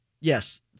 Yes